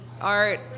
art